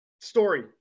Story